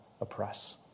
oppress